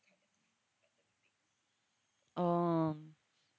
oh